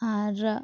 ᱟᱨ